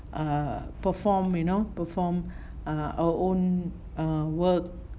err perform you know perform err our own err work